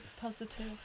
positive